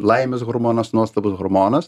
laimės hormonas nuostabus hormonas